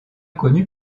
connue